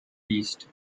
east